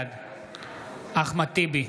בעד אחמד טיבי,